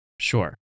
sure